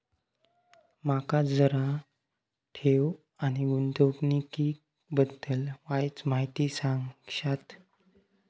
माका जरा ठेव आणि गुंतवणूकी बद्दल वायचं माहिती सांगशात?